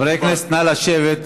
חברי הכנסת, נא לשבת.